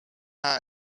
her